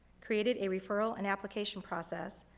created a referral and application process,